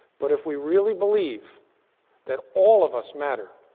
but if we really believe that all of us matter,